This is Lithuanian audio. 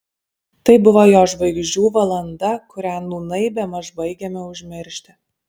tai buvo jo žvaigždžių valanda kurią nūnai bemaž baigiame užmiršti